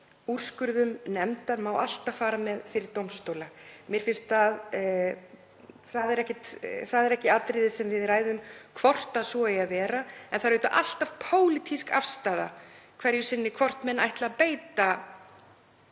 úrskurð nefndar má alltaf fara með fyrir dómstóla. Það er ekki atriði sem við ræðum, hvort svo eigi að vera, en það er alltaf pólitísk afstaða hverju sinni hvort menn ætli að beita